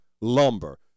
lumber